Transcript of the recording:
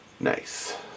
Nice